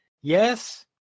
yes